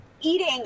eating